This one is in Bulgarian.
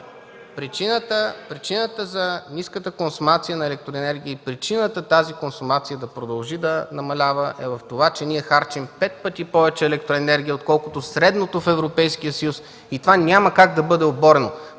Причината за ниската консумация на електроенергия и причината тази консумация да продължи да намалява е от това, че ние харчим пет пъти повече електроенергия, отколкото средното в Европейския съюз и това няма как да бъде оборено.